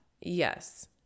Yes